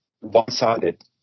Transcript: one-sided